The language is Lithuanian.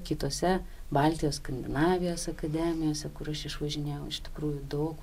kitose baltijos skandinavijos akademijose kur aš išvažinėjau iš tikrųjų daug